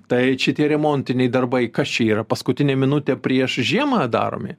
tai šitie remontiniai darbai kas čia yra paskutinę minutę prieš žiemą daromi